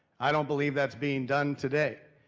i don't believe that's being done today.